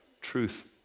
Truth